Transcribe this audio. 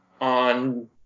on